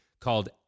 called